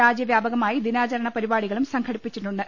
രാജ്യ വ്യാപകമായി ദിനാചരണപരിപാടികളും സംഘടിപ്പിച്ചിട്ടുണ്ട്